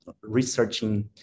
researching